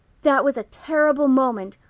that was a terrible moment.